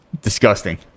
Disgusting